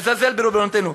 מזלזל בריבונותנו?